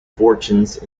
fortunes